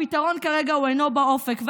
כרגע הפתרון אינו באופק,